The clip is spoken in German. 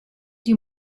die